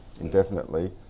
Indefinitely